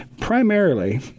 Primarily